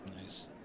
Nice